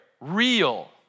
Real